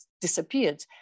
disappeared